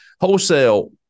wholesale